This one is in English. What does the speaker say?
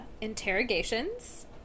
interrogations